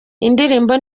indirimbo